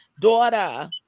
daughter